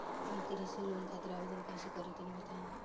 हम कृषि लोन खातिर आवेदन कइसे करि तनि बताई?